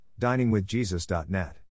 DiningWithJesus.net